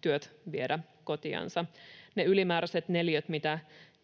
työt viedä kotiansa. Ne ylimääräiset neliöt,